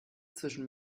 zwischen